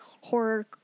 horror